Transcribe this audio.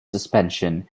suspension